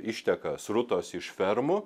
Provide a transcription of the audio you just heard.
išteka srutos iš fermų